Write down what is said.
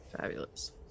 Fabulous